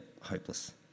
hopeless